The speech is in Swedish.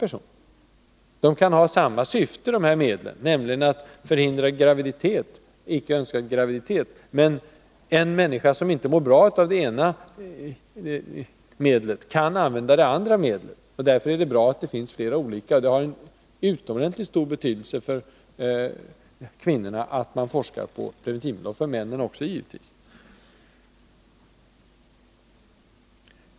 Medlen kan ha samma syfte, nämligen att förhindra icke önskvärd graviditet, men en människa som inte mår bra av det ena medlet kan använda det andra. Därför är det bra att det finns flera olika medel. Det har utomordentligt stor betydelse för både kvinnor och män att det forskas på preventivmedelsområdet.